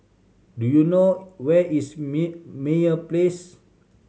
do you know where is Meyer Place